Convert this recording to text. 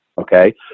Okay